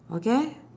okay